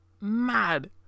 mad